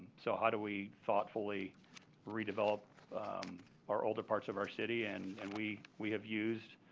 so how do we thoughtfully redevelop our older parts of our city. and and we we have used,